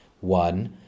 one